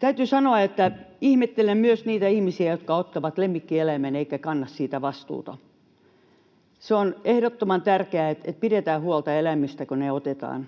Täytyy sanoa, että myös minä ihmettelen niitä ihmisiä, jotka ottavat lemmikkieläimen eivätkä kanna siitä vastuuta. Se on ehdottoman tärkeää, että pidetään huolta eläimistä, kun ne otetaan.